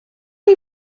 chi